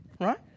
right